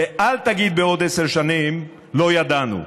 ואל תגיד בעוד עשר שנים: לא ידענו.